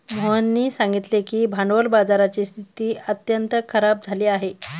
मोहननी सांगितले की भांडवल बाजाराची स्थिती अत्यंत खराब झाली आहे